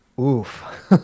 Oof